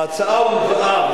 ההצעה הובאה,